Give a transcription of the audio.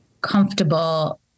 comfortable